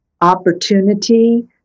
opportunity